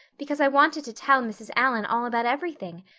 because i wanted to tell mrs. allan all about everything,